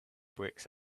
bricks